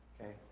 Okay